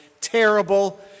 terrible